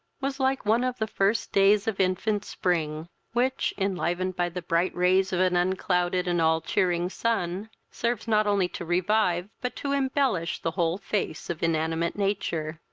was like one of the first days of infant-spring, which, enlivened by the bright rays of an unclouded and all-cheering sun, serves not only to revive, but to embellish the whole face of inanimate nature,